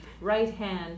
right-hand